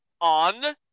on